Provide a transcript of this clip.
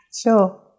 Sure